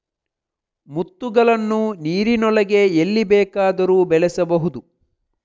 ಮುತ್ತುಗಳನ್ನು ನೀರಿನೊಳಗೆ ಎಲ್ಲಿ ಬೇಕಾದರೂ ಬೆಳೆಸಬಹುದು